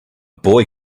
boy